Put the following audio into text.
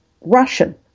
Russian